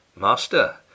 Master